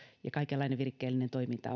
ja kaikenlainen virikkeellinen toiminta